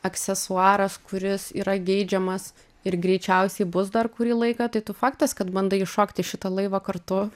aksesuaras kuris yra geidžiamas ir greičiausiai bus dar kurį laiką tai tu faktas kad bandai įšokt į šitą laivą kartu